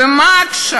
ומה עכשיו?